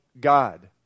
God